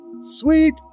Sweet